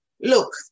look